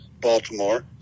Baltimore